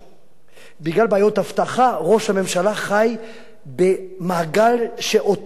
בגלל בעיות אבטחה ראש הממשלה חי במעגל שאוטם אותו מול החיים.